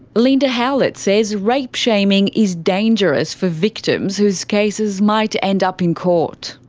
linda howlett says rape shaming is dangerous for victims whose cases might end up in court.